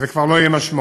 וזה כבר לא יהיה משמעותי,